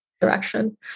direction